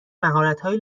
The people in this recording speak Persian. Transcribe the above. مهارتهای